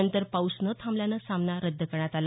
नंतर पाऊस न थांबल्यानं सामना रद्द करण्यात आला